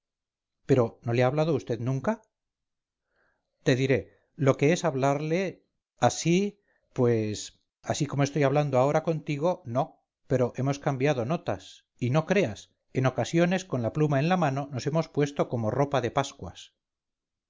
pero no le ha hablado vd nunca te diré lo que es hablarle así pues así como estoy hablando ahora contigo no pero hemos cambiado notas y no creas en ocasiones con la pluma en la mano nos hemos puesto como ropa de pascuas